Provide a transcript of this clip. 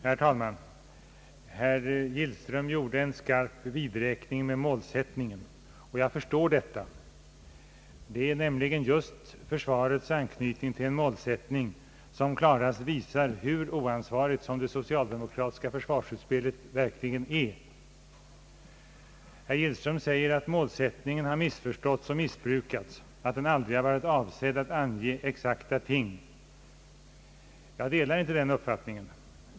Herr talman! Herr Gillström gjorde en skarp vidräkning med målsättningen, och jag förstår detta. Det är nämligen just försvarets anknytning till en målsättning som klarast visar hur oansvarigt det socialdemokratiska försvarsutspelet verkligen är. Herr Gillström säger, att målsättningen har missförståtts och missbrukats och att den aldrig har varit avsedd att ange exakta ting. Jag delar inte den uppfattningen.